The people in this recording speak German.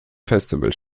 festival